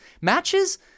matches